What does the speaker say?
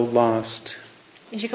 lost